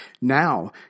Now